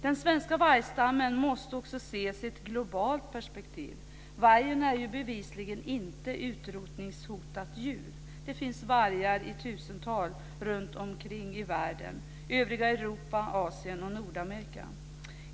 Den svenska vargstammen måste också ses i ett globalt perspektiv. Vargen är bevisligen inte ett utrotningshotat djur. Det finns vargar i tusental runtomkring i världen, i övriga Europa, Asien och Nordamerika.